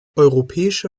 europäische